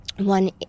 One